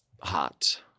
hot